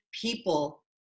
people